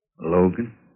Logan